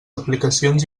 aplicacions